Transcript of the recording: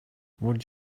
would